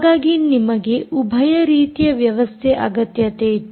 ಹಾಗಾಗಿ ನಿಮಗೆ ಉಭಯ ರೀತಿಯ ವ್ಯವಸ್ಥೆ ಅಗತ್ಯತೆ ಇತ್ತು